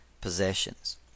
possessions